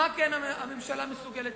מה כן הממשלה מסוגלת?